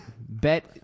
bet